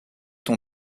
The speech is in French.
ton